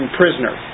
prisoner